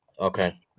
Okay